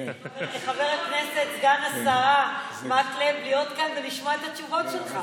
חבר הכנסת סגן השרה מקלב להיות כאן ולשמוע את התשובות שלך.